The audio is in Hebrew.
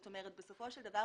בסופו של דבר,